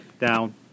down